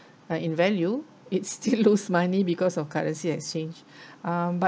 but in value it still lose money because of currency exchange um but